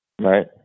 right